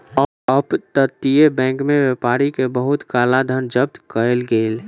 up तटीय bank में व्यापारी के बहुत काला धन जब्त कएल गेल